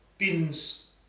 bins